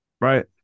Right